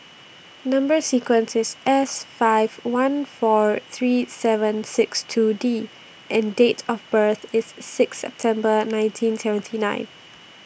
Number sequence IS S five one four three seven six two D and Date of birth IS six September nineteen seventy nine